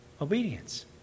Obedience